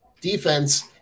defense